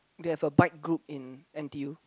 they have a bike group in N_T_U